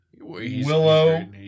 willow